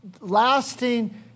lasting